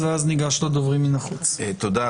תודה,